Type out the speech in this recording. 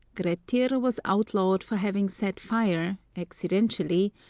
grettir was outlawed for having set fire, accident ally,